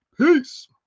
peace